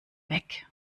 weg